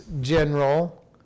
general